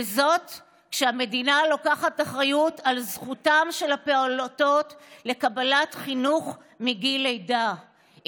וזאת כשהמדינה לוקחת אחריות על זכותם של הפעוטות לקבלת חינוך מגיל לידה.